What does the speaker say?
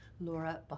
Laura